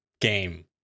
game